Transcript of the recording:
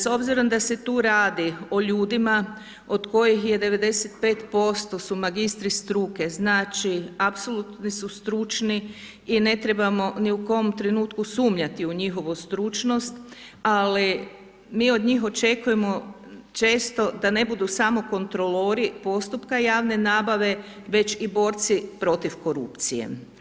S obzirom da se tu radi o ljudima od kojih je 95% su magistri struke, znači apsolutni su stručni i ne trebamo ni u kom trenutku sumnjati u njihovu stručnost, ali mi od njih očekujemo često da ne budu samo kontrolori postupka javne nabave već i borci protiv korupcije.